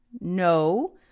No